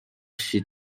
she